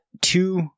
two